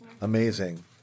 amazing